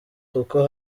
kuko